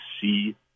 see